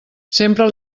sempre